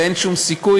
ואין שום סיכוי,